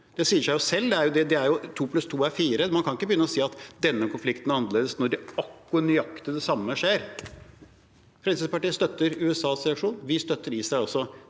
Det sier seg selv – to pluss to er fire. Man kan ikke begynne å si at denne konflikten er annerledes når nøyaktig det samme skjer. Fremskrittspartiet støtter USAs reaksjon, vi støtter Israel også.